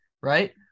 Right